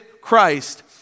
Christ